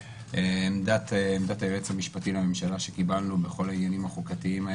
עמדת היועץ המשפטי לממשלה שקיבלנו בכל העניינים החוקתיים,